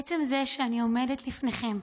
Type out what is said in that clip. עצם זה שאני עומדת לפניכם,